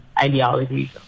ideologies